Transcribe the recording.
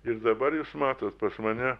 ir dabar jūs matot pas mane